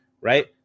right